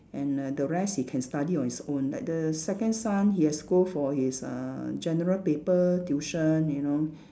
and uh the rest he can study on his own like the second son he has to go for his uh General Paper tuition you know